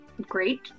great